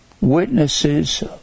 witnesses